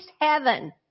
heaven